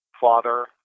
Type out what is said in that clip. father